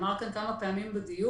נאמר כאן כמה פעמים בדיון,